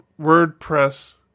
WordPress